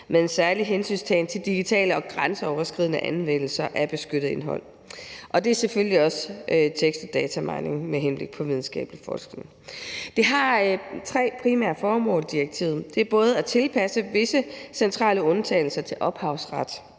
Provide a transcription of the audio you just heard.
en særlig hensyntagen til digitale og grænseoverskridende anvendelser af beskyttet indhold, og det er selvfølgelig også tekst- og datamining med henblik på videnskabelig forskning. Direktivet har tre primære formål. Det er både at tilpasse visse centrale undtagelser til ophavsret